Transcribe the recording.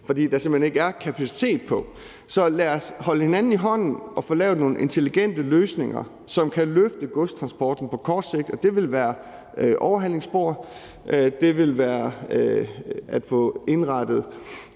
fordi der simpelt hen ikke er kapacitet. Så lad os holde hinanden i hånden og få lavet nogle intelligente løsninger, som kan løfte godstransporten på kort sigt. Det vil være overhalingsspor, og det vil være at få indrettet